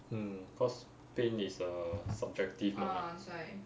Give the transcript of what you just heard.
mm cause pain is uh subjective mah